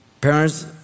Parents